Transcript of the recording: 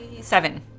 Seven